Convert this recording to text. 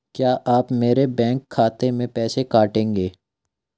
क्या आप मेरे बैंक खाते से पैसे काटेंगे?